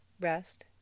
rest